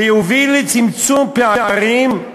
שיוביל לצמצום פערים,